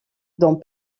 dans